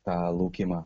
tą laukimą